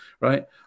right